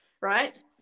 right